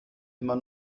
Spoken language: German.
immer